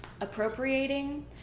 appropriating